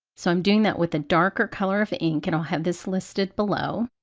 so i'm doing that with a darker color of ink and i'll have this listed below,